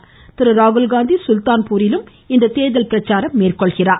காங்கிரஸ் தலைவர் திரு ராகுல்காந்தி சுல்தான்பூரிலும் இன்று தேர்தல் பிரச்சாரம் மேற்கொள்கிறார்